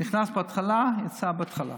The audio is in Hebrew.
נכנס בהתחלה, יצא בהתחלה.